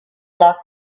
locked